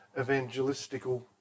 evangelistical